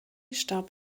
starb